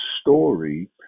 story